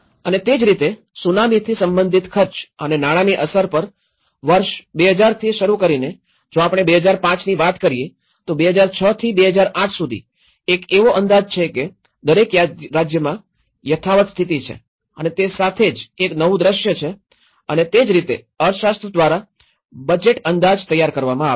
અને તે જ રીતે સુનામીથી સંબંધિત ખર્ચ અને નાણાંની અસર પર વર્ષ ૨૦૦૦થી શરુ કરીને જો આપણે ૨૦૦૫ની વાત કરીયે તો ૨૦૦૬ થી ૨૦૦૮ સુધી એક એવો અંદાજ છે કે દરેક રાજ્યમાં યથાવત્ સ્થિતિ છે અને તે સાથે જ એક નવું દૃશ્ય છે અને તે જ રીતે અર્થશાસ્ત્ર દ્વારા બજેટ અંદાજ તૈયાર કરવામાં આવે છે